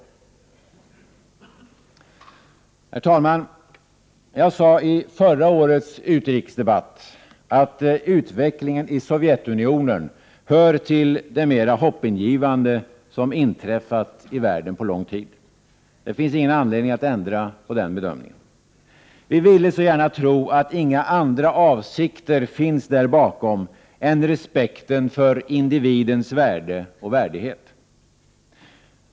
Herr talman! Jag sade i förra årets utrikesdebatt att utvecklingen i Sovjetunionen hör till det mer hoppingivande som inträffat i världen på lång tid. Det finns ingen anledning att ändra på den bedömningen. Vi vill så gärna tro att inga andra avsikter finns där bakom än respekten för individens värde och värdighet.